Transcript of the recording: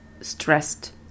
stressed